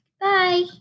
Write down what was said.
Bye